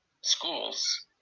schools